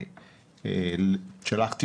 שלחתי